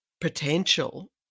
potential